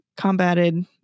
combated